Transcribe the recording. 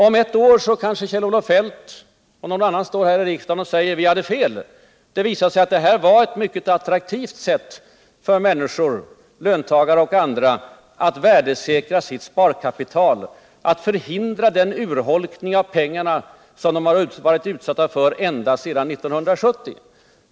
Om ett år kanske Kjell-Olof Feldt och någon annan står här i riksdagen och säger: Jag hade fel — det här visade sig vara ett mycket attraktivt sätt för människor, löntagare och andra, att värdesäkra sitt sparkapital, att förhindra den urholkning av pengarna som de varit utsatta för ända sedan 1970.